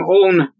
own